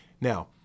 Now